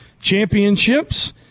Championships